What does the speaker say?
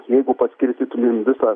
jeigu paskirstytumėm visą